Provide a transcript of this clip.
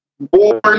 born